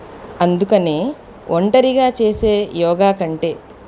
అందుకనే ఒంటరిగా చేసే యోగా కంటే